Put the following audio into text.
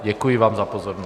Děkuji vám za pozornost.